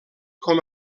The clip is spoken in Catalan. com